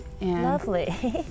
Lovely